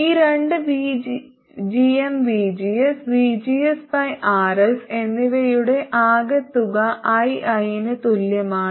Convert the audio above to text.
ഈ രണ്ട് gmvgs vgsRs എന്നിവയുടെ ആകെത്തുക ii ന് തുല്യമാണ്